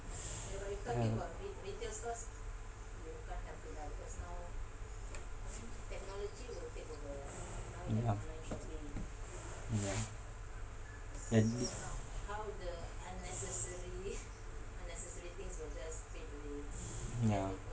can